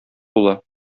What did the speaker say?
була